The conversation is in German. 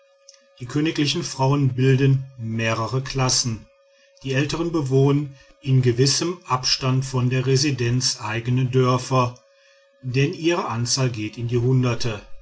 die königlichen frauen bilden mehrere klassen die ältern bewohnen in gewissem abstand von der residenz eigne dörfer denn ihre anzahl geht in die hunderte